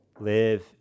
Live